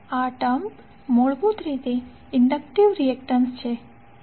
આ ટર્મ મૂળભૂત રીતે ઇન્ડકટીવ રિએક્ટન્સ છે